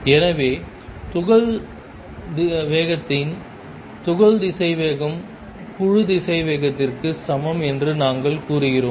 எனவே துகள் வேகத்தின் துகள் திசைவேகம் குழு திசைவேகத்திற்கு சமம் என்று நாங்கள் கூறுகிறோம்